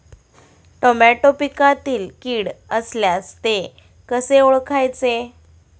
Tomato पिकातील कीड असल्यास ते कसे ओळखायचे?